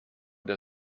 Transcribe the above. der